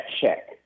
check